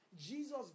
jesus